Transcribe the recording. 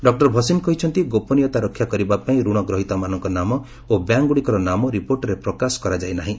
doctor Bhasin କହିଛନ୍ତି ଗୋପନୀୟତା ରକ୍ଷା କରିବା ପାଇଁ ରଣ ଗ୍ରହୀତାମାନଙ୍କ ନାମ ଓ ବ୍ୟାଙ୍କଗୁଡ଼ିକର ନାମ ରିପୋର୍ଟରେ ପ୍ରକାଶ କରାଯାଇ ନାହିଁ